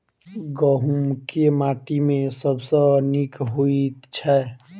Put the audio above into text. गहूम केँ माटि मे सबसँ नीक होइत छै?